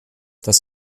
das